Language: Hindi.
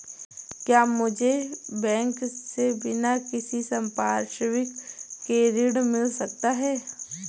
क्या मुझे बैंक से बिना किसी संपार्श्विक के ऋण मिल सकता है?